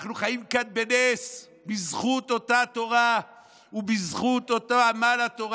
אנחנו חיים כאן בנס בזכות אותה תורה ובזכות אותו עמל התורה.